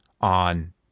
on